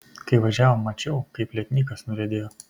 kai važiavom mačiau kaip lietnykas nuriedėjo